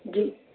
जी